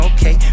Okay